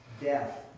Death